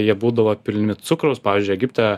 jie būdavo pilni cukraus pavyzdžiui egipte